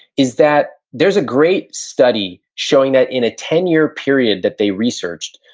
is that there's a great study showing that in a ten year period that they researched,